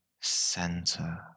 center